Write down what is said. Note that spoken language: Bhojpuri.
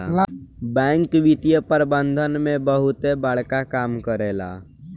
बैंक वित्तीय प्रबंधन में बहुते बड़का काम करेला